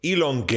Elon